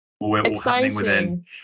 exciting